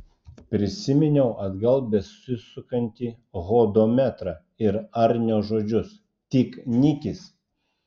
prisiminiau atgal besisukantį hodometrą ir arnio žodžius tik nikis